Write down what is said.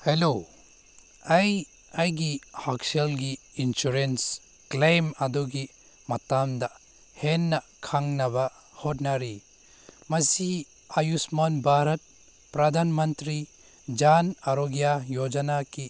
hello ꯑꯩ ꯑꯩꯒꯤ ꯍꯛꯁꯦꯜꯒꯤ ꯏꯟꯁꯨꯔꯦꯟꯁ ꯀ꯭ꯂꯦꯝ ꯑꯗꯨꯒꯤ ꯃꯇꯥꯡꯗ ꯍꯦꯟꯅ ꯈꯪꯅꯕ ꯍꯣꯠꯅꯔꯤ ꯃꯁꯤ ꯑꯌꯨꯁꯃꯥꯟ ꯚꯥꯔꯠ ꯄ꯭ꯔꯙꯥꯟ ꯃꯟꯇ꯭ꯔꯤ ꯖꯥꯟ ꯑꯔꯣꯒ꯭ꯌꯥ ꯌꯣꯖꯅꯥꯒꯤ